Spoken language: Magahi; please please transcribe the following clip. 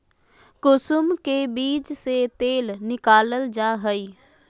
कुसुम के बीज से तेल निकालल जा हइ